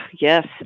yes